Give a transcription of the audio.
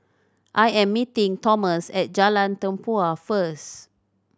I am meeting Thomas at Jalan Tempua first